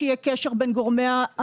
שיהיה קשר בין הגורמים,